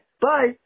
bye